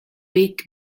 big